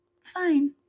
Fine